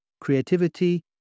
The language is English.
creativity